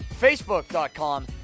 facebook.com